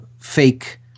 fake